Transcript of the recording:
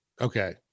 Okay